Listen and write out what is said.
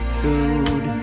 food